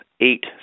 eight